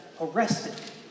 arrested